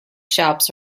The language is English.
shops